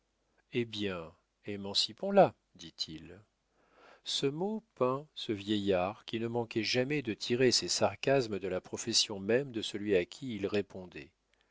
eh bien émancipons la dit-il ce mot peint ce vieillard qui ne manquait jamais de tirer ses sarcasmes de la profession même de celui à qui il répondait